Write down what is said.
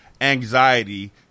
anxiety